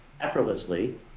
effortlessly